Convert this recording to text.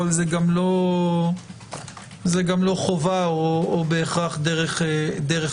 אבל זאת גם לא חובה או בהכרח דרך המלך,